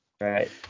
Right